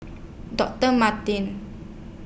Doctor Martens